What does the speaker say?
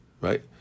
Right